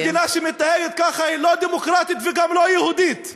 מדינה שמתנהגת ככה היא לא דמוקרטית וגם לא יהודית.